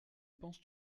penses